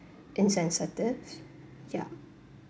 insensitive ya